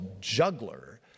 juggler